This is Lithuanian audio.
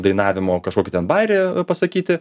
dainavimo kažkokį ten bajerį pasakyti